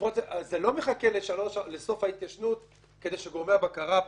זה לא מחכה לסוף ההתיישנות כדי שגורמי הבקרה הפנימיים,